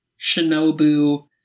Shinobu